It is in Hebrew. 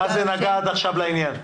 מה זה נגע עד עכשיו לעניין?